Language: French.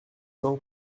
cents